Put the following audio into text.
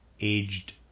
aged